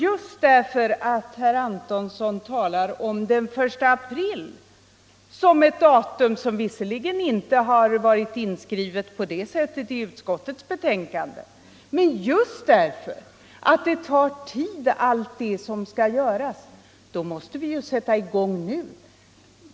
Just därför att allt det som skall göras tar tid måste vi sätta i gång nu.